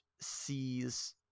sees